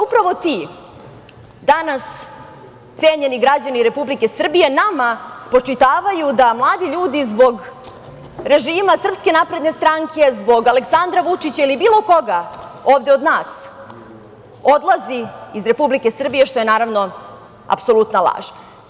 Upravo ti danas, cenjeni građani Republike Srbije, nama spočitavaju da mladi ljudi zbog režima SNS, zbog Aleksandra Vučića ili bilo koga ovde od nas, odlaze iz Republike Srbije, što je naravno apsolutna laž.